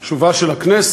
על שובה של הכנסת,